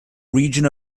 region